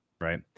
right